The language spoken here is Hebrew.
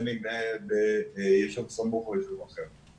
בין אם ביישוב סמוך או יישוב אחר.